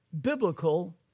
biblical